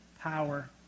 Power